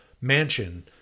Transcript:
mansion